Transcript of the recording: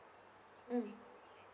mm